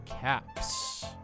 caps